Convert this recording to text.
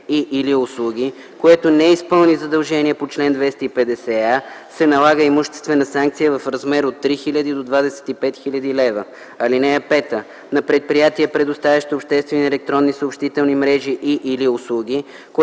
и/или услуги, което не изпълни задължение по чл. 250а, се наказва с имуществена санкция в размер от 1000 до 10 000 лв. (5) Предприятие, предоставящо обществени електронни съобщителни мрежи и/или услуги,